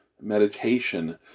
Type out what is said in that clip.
meditation